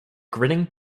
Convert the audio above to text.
grinning